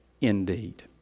indeed